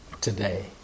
today